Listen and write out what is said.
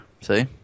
See